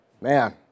Man